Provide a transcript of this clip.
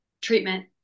treatment